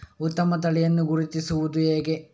ಉತ್ತಮ ತಳಿಯನ್ನು ಗುರುತಿಸುವುದು ಹೇಗೆ?